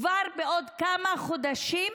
כבר בעוד כמה חודשים,